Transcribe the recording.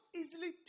easily